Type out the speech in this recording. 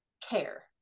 care